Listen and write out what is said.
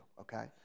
okay